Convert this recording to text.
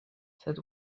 said